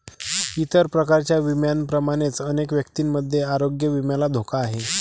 इतर प्रकारच्या विम्यांप्रमाणेच अनेक व्यक्तींमध्ये आरोग्य विम्याला धोका आहे